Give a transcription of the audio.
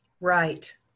Right